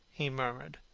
he murmured.